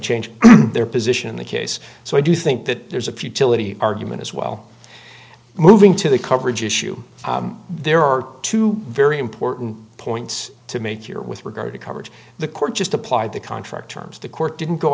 change their position in the case so i do think that there's a futility argument as well moving to the coverage issue there are two very important points to make your with regard to coverage the court just applied the contract terms the court didn't go